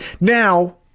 now